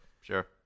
Sure